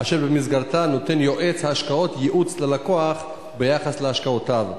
אשר במסגרתה נותן יועץ ההשקעות ייעוץ ללקוח ביחס להשקעותיו,